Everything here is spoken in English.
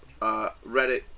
Reddit